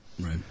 Right